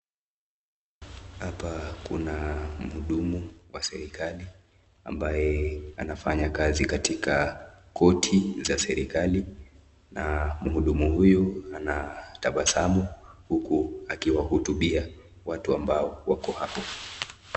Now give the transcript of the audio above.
Hapa kuna mhudumu wa serikali ambaye anafanya kazi katika koti za serikali na mhudumu huyu anatabasamu huku akiwahutubia watu ambao wako hapa.